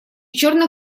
черно